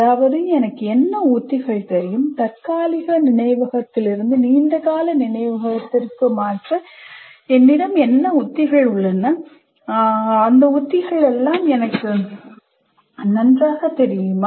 அதாவது எனக்கு என்ன உத்திகள் தெரியும் தற்காலிக நினைவகத்திலிருந்து நீண்டகால நினைவகத்திற்கு மாற்ற என்ன உத்திகள் உள்ளன என்னிடம் உள்ள உத்திகள் என்ன அந்த உத்திகள் எல்லாம் எனக்குத் தெரியுமா